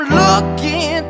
looking